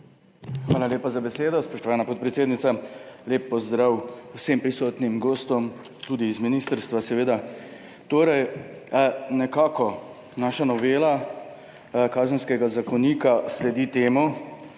Hvala lepa za besedo, spoštovana podpredsednica. Lep pozdrav vsem prisotnim gostom, seveda tudi z ministrstva! Naša novela Kazenskega zakonika sledi temu,